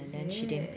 is it